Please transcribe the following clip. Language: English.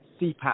CPAP